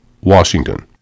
Washington